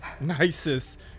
nicest